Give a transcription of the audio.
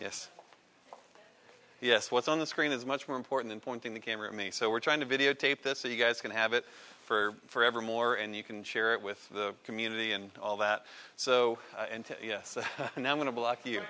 yes yes what's on the screen is much more important in pointing the camera me so we're trying to videotape this and you guys can have it for ever more and you can share it with the community and all that so yes now i'm going to block you